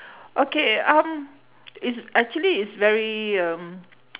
okay um is actually is very um